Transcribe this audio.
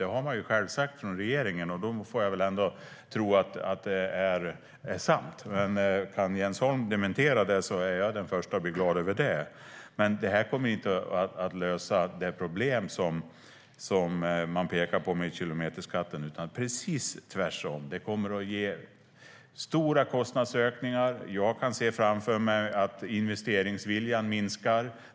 Det har regeringen själv sagt, och då får jag väl ändå tro att det är sant. Men kan Jens Holm dementera det är jag den förste att bli glad över det. Hur som helst kommer det här inte att lösa det problem som man pekar på med kilometerskatten, utan precis tvärsom. Det kommer att ge stora kostnadsökningar. Jag kan se framför mig att investeringsviljan minskar.